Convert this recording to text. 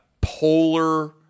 polar